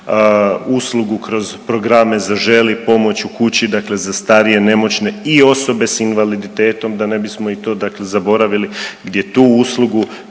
uslugu kroz programe Zaželi, Pomoć u kući dakle za starije, nemoćne i osobe s invaliditetom da ne bismo i to dakle zaboravili gdje tu uslugu